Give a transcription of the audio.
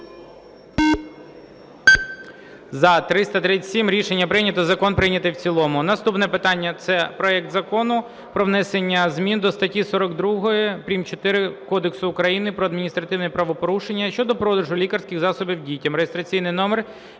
За-337 Рішення прийнято. Закон прийнятий в цілому. Наступне питання – це проект Закону про внесення змін до статті 42-4 Кодексу України про адміністративні правопорушення щодо продажу лікарських засобів дітям